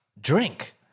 Drink